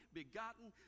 begotten